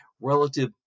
relative